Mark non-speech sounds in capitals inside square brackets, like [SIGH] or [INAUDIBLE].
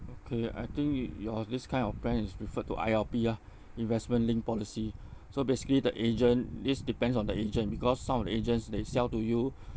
okay I think you~ your this kind of plan is referred to I_L_P ah investment linked policy [BREATH] so basically the agent this depends on the agent because some of the agents they sell to you [BREATH]